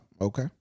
Okay